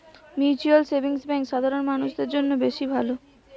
mutual savings bank সাধারণ মানুষদের জন্য বেশ ভালো